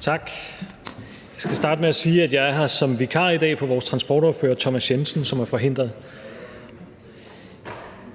Tak. Jeg skal starte med at sige, at jeg er her som vikar i dag for vores transportordfører, Thomas Jensen, som er forhindret.